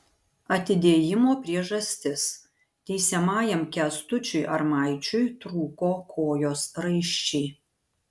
atidėjimo priežastis teisiamajam kęstučiui armaičiui trūko kojos raiščiai